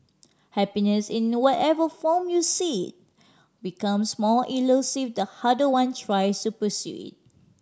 happiness in whatever form you see becomes more elusive the harder one tries to pursue it